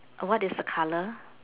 what is the colour